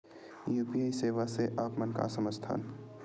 UPI सेवा से आप मन का समझ थान?